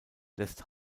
lässt